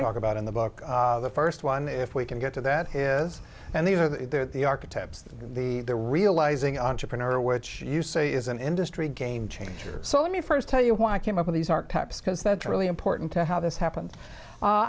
talk about in the book the first one if we can get to that is and these are the archetypes the the realizing entrepreneur which you say is an industry game changer so let me first tell you why i came up with these archetypes because that's really important to how this happened